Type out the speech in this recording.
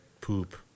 poop